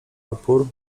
opór